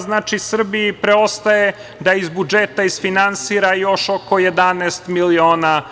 Znači, Srbiji preostaje da iz budžeta isfinansira još oko 11 miliona